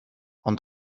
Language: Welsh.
ond